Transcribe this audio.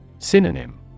Synonym